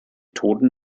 toten